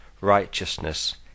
righteousness